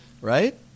right